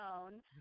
own